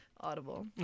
Audible